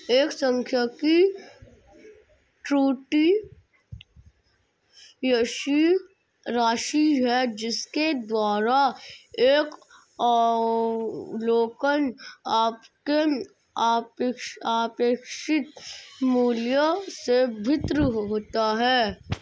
एक सांख्यिकी त्रुटि राशि है जिसके द्वारा एक अवलोकन अपने अपेक्षित मूल्य से भिन्न होता है